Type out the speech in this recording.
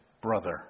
brother